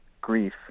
grief